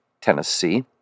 Tennessee